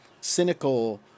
cynical